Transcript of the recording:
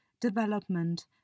development